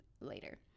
later